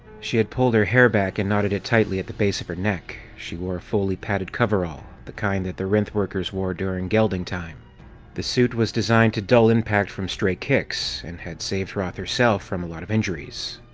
she had pulled her hair back and knotted it tightly at the base of her neck. she wore a fully padded coverall, the kind that the rhynth workers wore during gelding time the suit was designed to dull impact from stray kicks, and had saved roth herself from a lot of injuries.